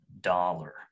dollar